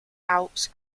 alps